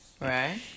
right